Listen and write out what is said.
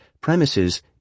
Premise's